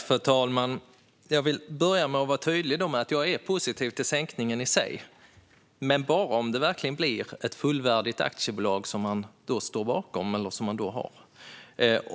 Fru talman! Jag vill börja med att vara tydlig med att jag är positiv till sänkningen i sig men bara om det verkligen blir ett fullvärdigt aktiebolag som man då har.